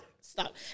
Stop